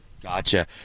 Gotcha